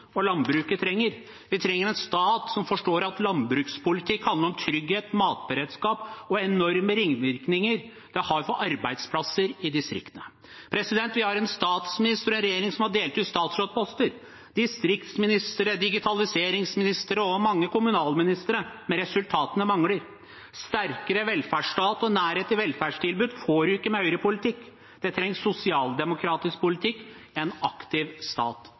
og landbruket trenger. Vi trenger en stat som forstår at landbrukspolitikk handler om trygghet, matberedskap og de enorme ringvirkningene det har for arbeidsplasser i distriktene. Vi har en statsminister og en regjering som har delt ut statsrådposter – distriktsministere, digitaliseringsministere og mange kommunalministere – men resultatene mangler. En sterkere velferdsstat og nærhet til velferdstilbud får man ikke med høyrepolitikk. Det trengs sosialdemokratisk politikk – en aktiv stat.